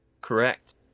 Correct